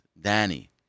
Danny